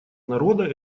народа